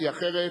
כי אחרת,